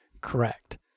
correct